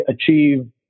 achieve